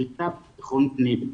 הקליטה ובטחון פנים.